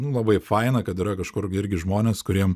nu labai faina kad yra kažkur irgi žmonės kuriem